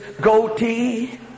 goatee